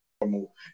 normal